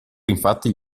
infatti